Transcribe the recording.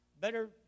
better